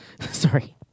sorry